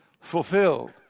fulfilled